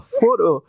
photo